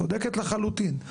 צודקת לחלוטין.